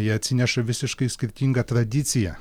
jie atsineša visiškai skirtingą tradiciją